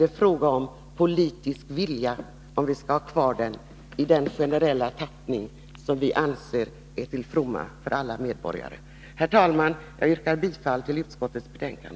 Det är fråga om den politiska viljan, om vi skall ha kvar socialförsäk ringen i den generella tappning som vi anser är till fromma för alla medborgare. Herr talman! Jag yrkar bifall till utskottets hemställan.